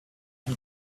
him